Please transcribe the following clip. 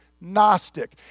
Gnostic